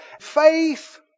faith